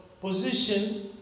position